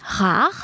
Rare